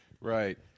Right